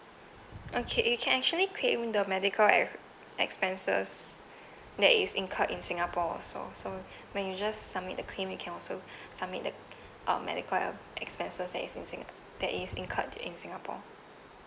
okay you can actually claim the medical ex~ expenses that is incurred in singapore also so when you just submit the claim you can also submit the um medical expenses that is in sing~ that is incurred in singapore